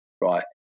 right